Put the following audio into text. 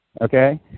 Okay